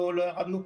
לא ירדנו.